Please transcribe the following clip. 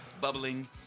bubbling